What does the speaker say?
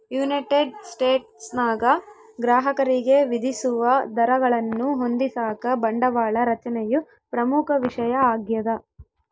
United ಸ್ಟೇಟ್ಸ್ನಾಗ ಗ್ರಾಹಕರಿಗೆ ವಿಧಿಸುವ ದರಗಳನ್ನು ಹೊಂದಿಸಾಕ ಬಂಡವಾಳ ರಚನೆಯು ಪ್ರಮುಖ ವಿಷಯ ಆಗ್ಯದ